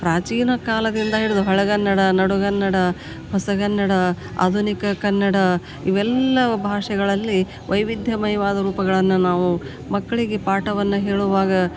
ಪ್ರಾಚೀನ ಕಾಲದಿಂದ ಹಿಡಿದು ಹಳೆಗನ್ನಡ ನಡುಗನ್ನಡ ಹೊಸಗನ್ನಡ ಆಧುನಿಕ ಕನ್ನಡ ಇವೆಲ್ಲ ಭಾಷೆಗಳಲ್ಲಿ ವೈವಿಧ್ಯಮಯವಾದ ರೂಪಗಳನ್ನು ನಾವು ಮಕ್ಕಳಿಗೆ ಪಾಠವನ್ನು ಹೇಳುವಾಗ